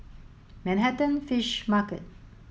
Manhattan Fish Market